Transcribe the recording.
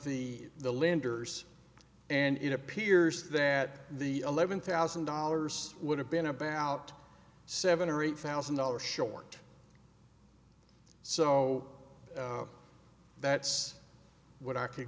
the the lenders and it appears that the eleven thousand dollars would have been about seven or eight thousand dollars short so that's what i